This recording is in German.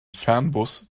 fernbus